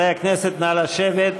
לשבת.